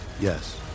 Yes